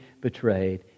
betrayed